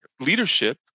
leadership